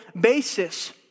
basis